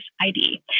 ID